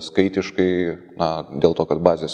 skaitiškai na dėl to kad bazės